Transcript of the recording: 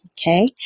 Okay